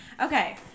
Okay